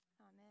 Amen